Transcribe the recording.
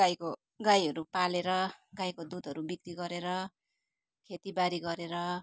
गाईको गाईहरू पालेर गाईको दुधहरू बिक्री गरेर खोतीबारी गरेर